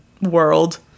world